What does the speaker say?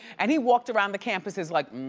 and he walked around the campuses like,